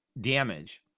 damage